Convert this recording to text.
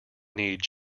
need